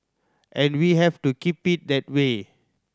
and we have to keep it that way